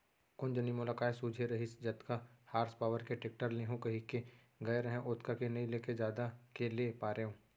कोन जनी मोला काय सूझे रहिस जतका हार्स पॉवर के टेक्टर लेहूँ कइके गए रहेंव ओतका के नइ लेके जादा के ले पारेंव